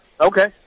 okay